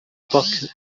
parc